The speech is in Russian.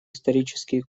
исторические